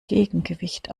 gegengewicht